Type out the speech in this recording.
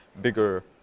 bigger